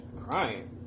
Crying